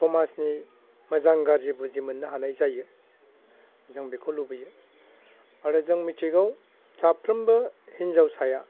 समाजनि मोजां गाज्रि बुजिमोननो हानाय जायो जों बेखौ लुबैयो आरो जों मिथिगौ साफ्रोमबो हिनजावसाया